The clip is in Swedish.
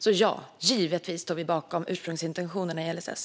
Så ja, givetvis står vi bakom ursprungsintentionerna i LSS.